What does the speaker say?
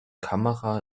kamera